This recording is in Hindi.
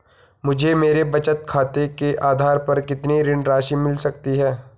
मुझे मेरे बचत खाते के आधार पर कितनी ऋण राशि मिल सकती है?